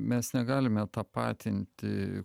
mes negalime tapatinti